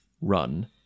run